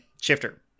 Shifter